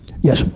Yes